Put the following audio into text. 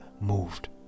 moved